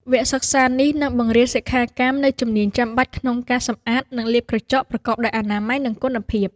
វគ្គសិក្សានេះនឹងបង្រៀនសិក្ខាកាមនូវជំនាញចាំបាច់ក្នុងការសម្អាត និងលាបក្រចកប្រកបដោយអនាម័យ និងគុណភាព។